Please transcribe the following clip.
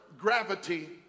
gravity